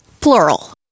Plural